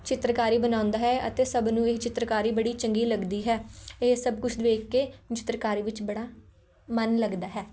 ਚਿੱਤਰਕਾਰੀ ਬਣਾਉਂਦਾ ਹੈ ਅਤੇ ਸਭ ਨੂੰ ਇਹ ਚਿੱਤਰਕਾਰੀ ਬੜੀ ਚੰਗੀ ਲੱਗਦੀ ਹੈ ਇਹ ਸਭ ਕੁਛ ਵੇਖ ਕੇ ਚਿੱਤਰਕਾਰੀ ਵਿੱਚ ਬੜਾ ਮਨ ਲੱਗਦਾ ਹੈ